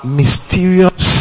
mysterious